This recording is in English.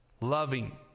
loving